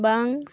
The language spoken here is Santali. ᱵᱟᱝ